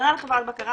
הוא פונה לחברת הבקרה,